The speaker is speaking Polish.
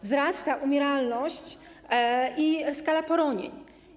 Wzrastają umieralność i skala poronień.